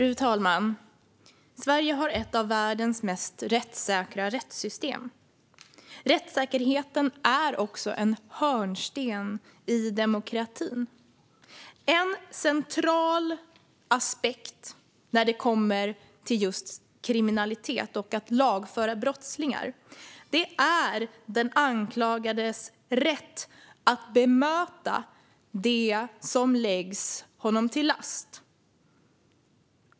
Fru talman! Sverige har ett av världens mest rättssäkra rättssystem. Rättssäkerheten är en hörnsten i demokratin. En central aspekt när det gäller kriminalitet och att lagföra brottslingar är den anklagades rätt att bemöta det som läggs honom till last.